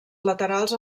laterals